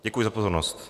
Děkuji za pozornost.